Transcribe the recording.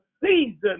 season